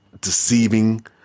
deceiving